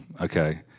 Okay